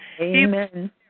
Amen